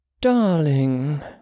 Darling